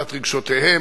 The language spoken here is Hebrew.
מבחינת רגשותיהם.